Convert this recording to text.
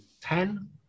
Ten